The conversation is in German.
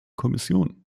kommission